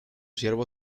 ciervo